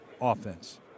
offense